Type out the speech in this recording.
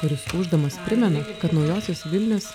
ir jis ūždamas primena kad naujosios vilnios